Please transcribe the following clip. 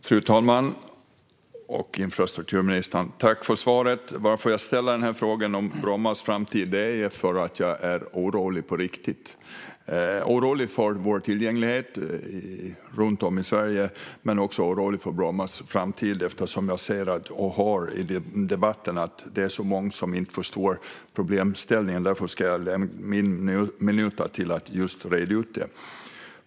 Fru talman! Tack för svaret, infrastrukturministern! Att jag ställer frågan om Brommas framtid är för att jag är orolig på riktigt. Jag är orolig för tillgängligheten runt om i Sverige men också för Brommas framtid, eftersom jag ser och hör i debatten att det är så många som inte förstår problemställningen. Därför ska jag ägna några minuter åt att reda ut detta.